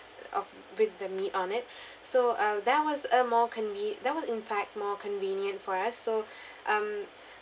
of with the meat on it so uh that was a more conve~ that was in fact more convenient for us so um